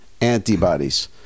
antibodies